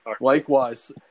Likewise